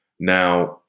Now